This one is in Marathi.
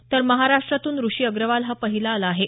तर महाराष्ट्रातून ऋषी अग्रवाल हा पहिला आला आहे